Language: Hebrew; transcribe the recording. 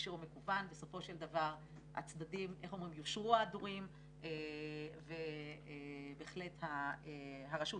בסופו של דבר יושרו ההדורים ובהחלט הרשות